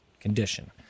condition